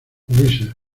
ulises